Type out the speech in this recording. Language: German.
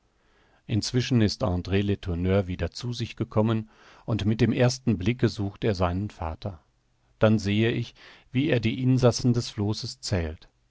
inzwischen ist andr letourneur wieder zu sich gekommen und mit dem ersten blicke sucht er seinen vater dann sehe ich wie er die insassen des flosses zählt